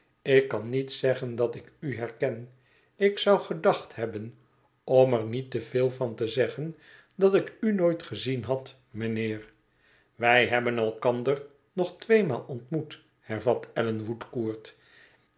ik kan niet zeggen dat ik u herken ik zou gedacht hebben om er niet te veel van te zeggen dat ik u nooit gezien had mijnheer wij hebben elkander nog tweemaal ontmoet hervat